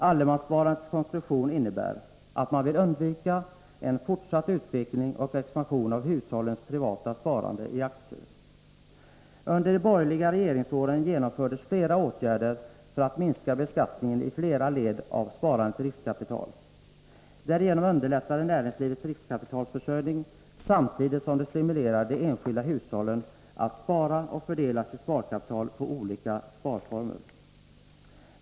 Allemanssparandets konstruktion innebär att man vill undvika en fortsatt utveckling och expansion av hushållens privata sparande i aktier. Under de borgerliga regeringsåren genomfördes flera åtgärder för att minska beskattningen i flera led av sparande i riskkapital. Därigenom underlättades näringslivets riskkapitalsförsörjning, samtidigt som de enskilda hushållen stimulerades att spara och fördela sitt sparkapital på olika sparformer.